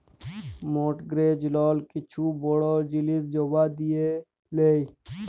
mortgage লল কিছু বড় জিলিস জমা দিঁয়ে লেই